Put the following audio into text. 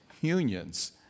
unions